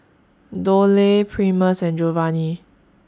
Doyle Primus and Jovanny